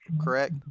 correct